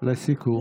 לסיכום?